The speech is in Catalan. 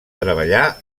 treballar